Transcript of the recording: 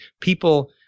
people